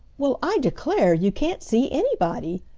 well, i declare, you can't see anybody,